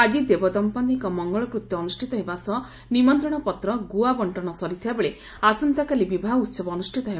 ଆଜି ଦେବଦମ୍ମତିଙ୍କ ମଙ୍ଗଳକୃତ୍ୟ ଅନୁଷିତ ହେବା ସହ ନିମନ୍ତଶପତ୍ର ଗୁଆ ବଙ୍କନ ସରିଥିବା ବେଳେ ଆସନ୍ତାକାଲି ବିବାହ ଉହବ ଅନୁଷିତ ହେବ